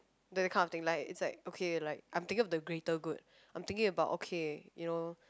that kind of thing right it's like okay like I'm thinking of the greater good I'm thinking about okay you know